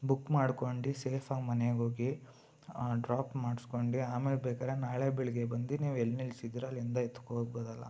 book ಮಾಡ್ಕೊಂಡು ಸೇಫಾಗಿ ಮನೆಗೋಗಿ ಡ್ರಾಪ್ ಮಾಡ್ಸ್ಕೊಂಡು ಆಮೇಲೆ ಬೇಕಾದ್ರೆ ನಾಳೆ ಬೆಳಗ್ಗೆ ಬಂದು ನೀವು ಎಲ್ಲಿ ನಿಲ್ಸಿದ್ದೀರಾ ಅಲ್ಲಿಂದ ಎತ್ತಿಕೊ ಹೋಗ್ಬೋದಲ್ಲ